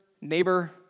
neighbor